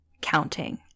counting